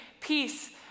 peace